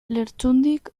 lertxundik